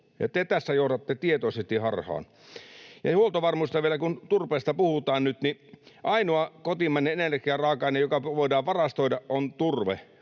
ja te tässä johdatte tietoisesti harhaan. Huoltovarmuudesta vielä: Kun turpeesta puhutaan nyt, niin ainoa kotimainen energiaraaka-aine, joka voidaan varastoida, on turve.